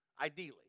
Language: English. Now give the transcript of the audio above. Ideally